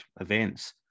events